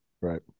Right